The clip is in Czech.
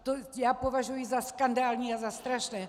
To já považuji za skandální a za strašné.